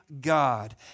God